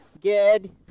Good